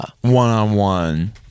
one-on-one